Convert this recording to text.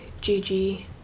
Gigi